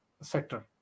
sector